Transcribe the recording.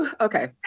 Okay